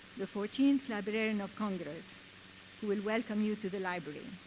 the fourteenth librarian of congress who will welcome you to the library.